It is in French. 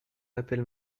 appelle